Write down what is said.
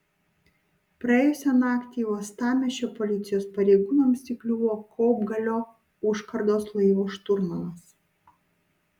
praėjusią naktį uostamiesčio policijos pareigūnams įkliuvo kopgalio užkardos laivo šturmanas